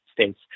states